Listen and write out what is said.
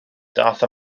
ddaeth